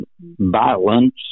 violence